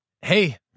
hey